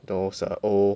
those err old